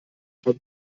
von